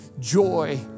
joy